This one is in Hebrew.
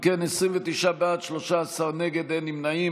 אם כן, 29 בעד, 13 נגד, אין נמנעים.